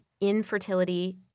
Infertility